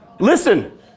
Listen